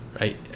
right